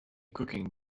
cooking